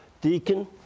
Deacon